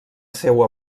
seua